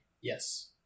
Yes